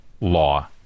law